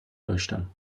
داشتم